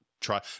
try